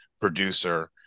producer